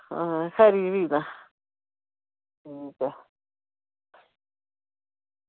आं खरी भी तां ठीक ऐ